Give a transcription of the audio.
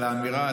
על האמירה,